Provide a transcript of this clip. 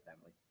family